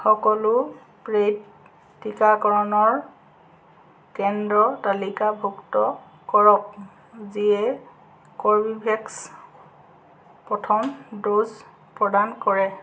সকলো পেইড টিকাকৰণৰ কেন্দ্ৰ তালিকাভুক্ত কৰক যিয়ে কৰ্বীভেক্স প্ৰথম ড'জ প্ৰদান কৰে